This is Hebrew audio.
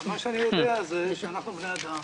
אני יודע שאנחנו בני אדם,